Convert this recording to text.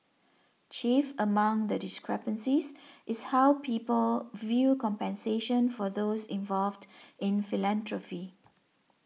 chief among the discrepancies is how people view compensation for those involved in philanthropy